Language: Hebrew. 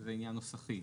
זה עניין נוסחי,